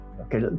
Okay